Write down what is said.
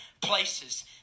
places